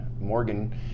Morgan